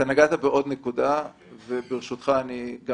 מה